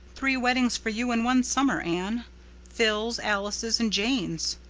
three weddings for you in one summer, anne phil's, alice's, and jane's.